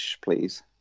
please